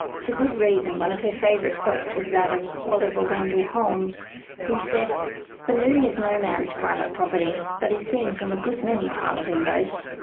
for good reason, one of her favourite quotes was that of oliver wendell holmes who said the moon is no man's private property, but is seen from a good many parlour windows.